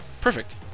perfect